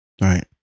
right